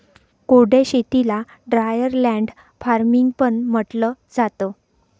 कोरड्या शेतीला dryer land farming पण म्हंटलं जातं